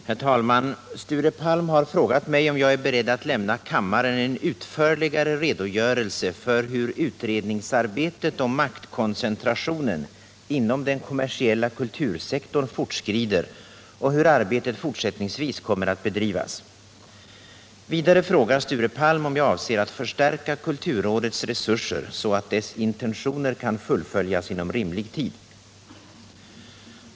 Herr talman! Sture Palm har frågat mig om jag är beredd att lämna kammaren en utförligare redogörelse för hur utredningsarbetet om maktkoncentrationen inom den kommersiella kultursektorn fortskrider och hur arbetet fortsättningsvis kommer att bedrivas. Vidare frågar Sture Palm om jag avser att förstärka kulturrådets resurser så att dess intentioner kan fullföljas inom rimlig tid.